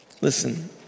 Listen